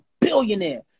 billionaire